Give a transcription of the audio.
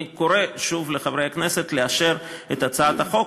אני קורא שוב לחברי הכנסת לאשר את הצעת החוק,